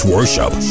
Worship